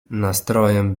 nastrojem